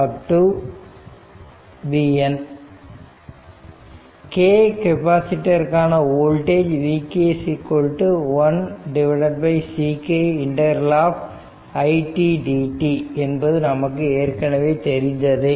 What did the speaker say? k கெப்பாசிட்டிருக்கான voltage vk 1Ck ∫ it dt என்பது நமக்கு ஏற்கனவே தெரிந்ததே